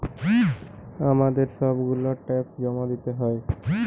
আমাদের সব গুলা ট্যাক্স জমা দিতে হয়